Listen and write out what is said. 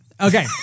Okay